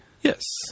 Yes